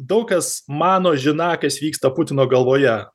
daug kas mano žiną kas vyksta putino galvoje